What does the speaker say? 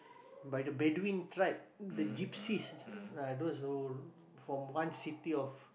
by the Bedouin tribe the gypsies uh those who from one city of